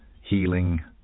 healing